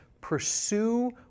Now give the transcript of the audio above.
pursue